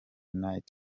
night